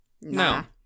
no